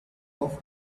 off